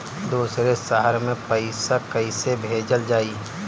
दूसरे शहर में पइसा कईसे भेजल जयी?